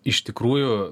iš tikrųjų